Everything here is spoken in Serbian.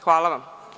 Hvala vam.